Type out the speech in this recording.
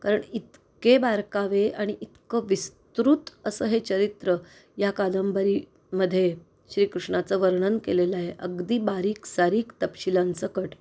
कारण इतके बारकावे आणि इतकं विस्तृत असं हे चरित्र या कादंबरीमध्ये श्रीकृष्णाचं वर्णन केलेलं आहे अगदी बारीकसारीक तपशीलांकट